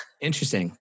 interesting